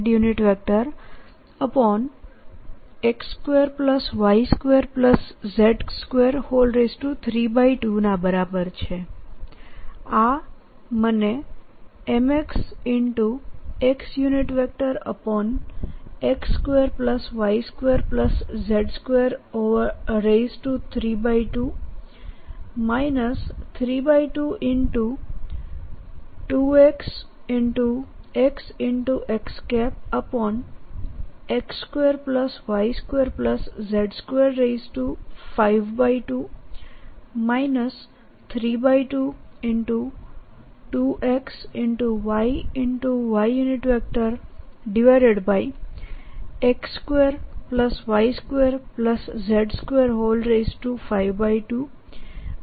mx∂xmy∂ymz∂z તો ચાલો આપણેmx∂x ની ગણતરી કરીએ જે mx ∂xxxyyzzx2y2z232 ના બરાબર છે